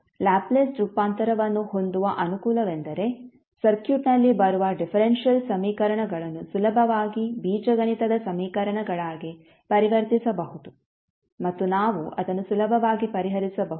Laplace ರೂಪಾಂತರವನ್ನು ಹೊಂದುವ ಅನುಕೂಲವೆಂದರೆ ಸರ್ಕ್ಯೂಟ್ನಲ್ಲಿ ಬರುವ ಡಿಫರೆನ್ಷಿಯಲ್ ಸಮೀಕರಣಗಳನ್ನು ಸುಲಭವಾಗಿ ಬೀಜಗಣಿತದ ಸಮೀಕರಣಗಳಾಗಿ ಪರಿವರ್ತಿಸಬಹುದು ಮತ್ತು ನಾವು ಅದನ್ನು ಸುಲಭವಾಗಿ ಪರಿಹರಿಸಬಹುದು